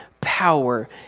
power